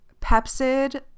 Pepsid